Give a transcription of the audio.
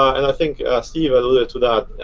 and i think steve alluded to that,